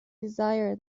desire